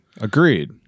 agreed